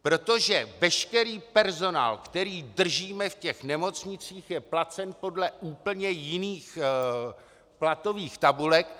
Protože veškerý personál, který držíme v nemocnicích, je placen podle úplně jiných platových tabulek.